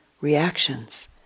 reactions